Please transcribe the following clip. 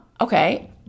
Okay